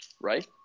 right